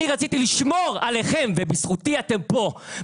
אני רציתי לשמור עליכם ובזכותי אתם כאן,